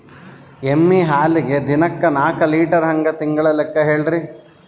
ಎಮ್ಮಿ ಹಾಲಿಗಿ ದಿನಕ್ಕ ನಾಕ ಲೀಟರ್ ಹಂಗ ತಿಂಗಳ ಲೆಕ್ಕ ಹೇಳ್ರಿ?